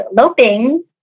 loping